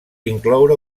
incloure